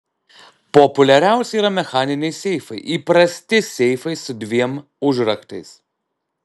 populiariausi yra mechaniniai seifai įprasti seifai su dviem užraktais